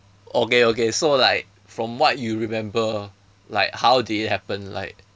okay okay so like from what you remember like how did it happen like